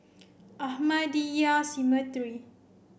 Ahmadiyya Cemetery